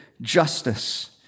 justice